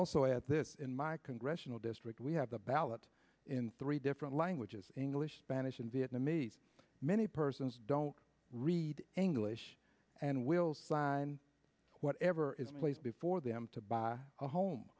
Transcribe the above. also add this in my congressional district we have the ballot in three different languages english spanish and vietnamese many persons don't read english and will sign whatever is placed before them to buy a home